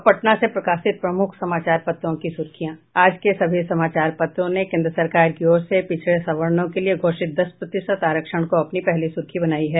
अब पटना से प्रकाशित प्रमुख समाचार पत्रों की सुर्खियां आज के सभी समाचार पत्रों ने केन्द्र सरकार की ओर से पिछड़े सवर्णो के लिए घोषित दस प्रतिशत आरक्षण को अपनी पहली सुर्खी बनाया है